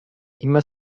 immer